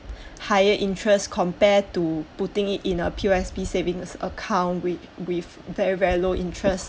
higher interest compare to putting it in a P_O_S_B savings account with with very very low interest